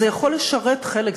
אז זה יכול לשרת חלק.